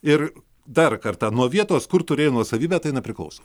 ir dar kartą nuo vietos kur turėjo nuosavybę tai nepriklauso